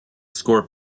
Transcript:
score